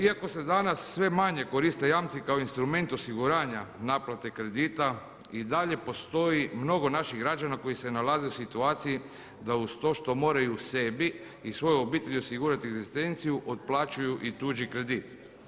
Iako se danas sve manje koriste jamci kao instrument osiguranja naplate kredita i dalje postoji mnogo naših građana koji se nalaze u situaciji da uz to što moraju sebi i svojoj obitelji osigurati egzistenciju otplaćuju i tuđi kredit.